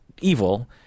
evil